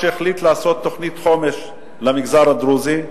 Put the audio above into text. שהחליט לעשות תוכנית חומש למגזר הדרוזי,